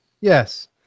Yes